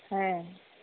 ᱦᱮᱸ